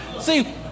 See